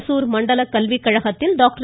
மைசூரு மண்டல கல்வி கழகத்தில் டாக்டர்